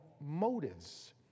motives